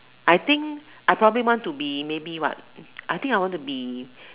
I think I probably want to be I think I want to be